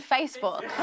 Facebook